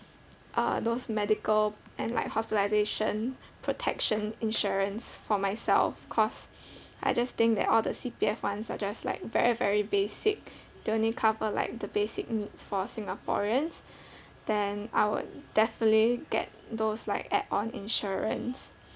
uh those medical and like hospitalisation protection insurance for myself cause I just think that all the C_P_F ones are just like very very basic they only cover like the basic needs for singaporeans then I would definitely get those like add on insurance